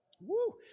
Woo